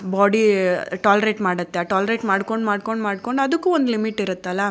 body tolerate ಮಾಡುತ್ತೆ ಆ tolerate ಮಾಡ್ಕೊಂಡು ಮಾಡ್ಕೊಂಡು ಮಾಡ್ಕೊಂಡು ಅದಕ್ಕೂ ಒಂದು ಲಿಮಿಟ್ ಇರುತ್ತಲ್ಲಾ